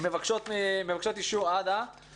מבקשות אישור, עד